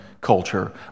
culture